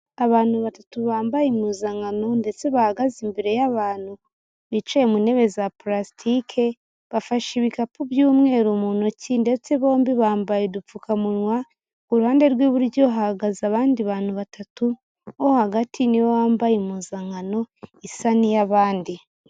Abantu batatu bambaye impuzankano ndetse bahagaze imbere y'abantu bicaye mu ntebe za pulasitike bafashe ibikapu by'umweru mu ntoki ndetse bombi bambaye udupfukamunwa. Ku ruhande rw'iburyo hahagaze abandi bantu batatu bo hagati niwe wambaye impuzankano isa n'iy'abandi.